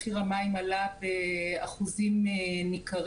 מחיר המים עלה באחוזים ניכרים.